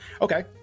okay